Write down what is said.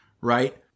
right